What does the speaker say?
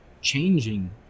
changing